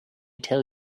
tell